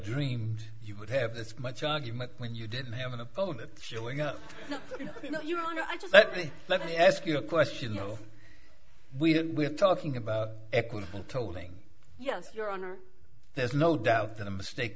dreamed you would have this much argument when you didn't have an opponent showing up you know your honor i just let me let me ask you a question you know we're talking about equitable tolling yes your honor there's no doubt that a mistake